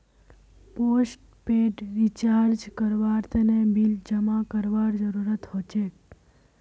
postpaid recharge करवार तने bill जमा करवार जरूरत हछेक